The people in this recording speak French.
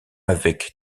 avec